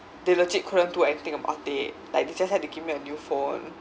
they legit couldn't do anything about it like they just had to give me a new phone